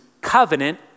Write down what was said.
covenant